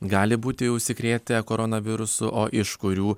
gali būti užsikrėtę koronavirusu o iš kurių